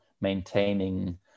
maintaining